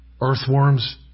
Earthworms